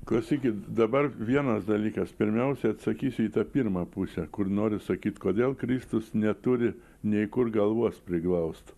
klausykit dabar vienas dalykas pirmiausia atsakysiu į tą pirmą pusę kur noriu sakyt kodėl kristus neturi nei kur galvos priglaust